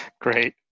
Great